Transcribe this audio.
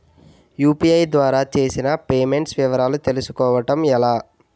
UPI ద్వారా చేసిన payments వివరాలు తెలుసుకోవటం ఎలా?